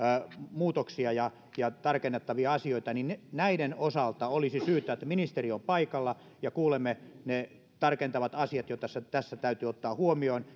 muutoksia ja ja tarkennettavia asioita näiden osalta olisi syytä että ministeri on paikalla ja kuulemme ne tarkentavat asiat joita tässä täytyy ottaa huomioon